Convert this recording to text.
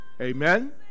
Amen